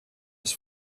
was